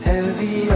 Heavy